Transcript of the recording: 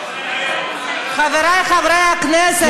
חברי חברי הכנסת,